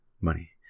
money